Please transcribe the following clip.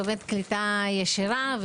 בקליטה ישירה,